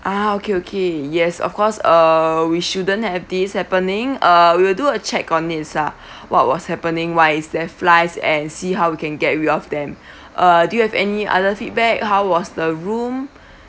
ah okay okay yes of course err we shouldn't have these happening uh we will do a check on this ah what was happening why is there flies and see how we can get rid of them uh do you have any other feedback how was the room